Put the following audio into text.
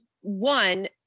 one